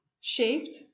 shaped